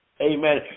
Amen